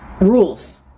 rules